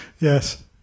Yes